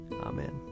Amen